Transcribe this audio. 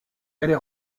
est